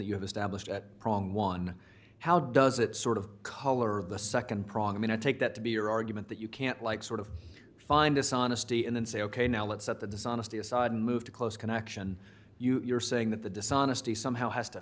that you have established at prong one how does it sort of color of the nd prong i mean i take that to be your argument that you can't like sort of fine dishonesty and then say ok now let's set the dishonesty aside and move to close connection you're saying that the dishonesty somehow has to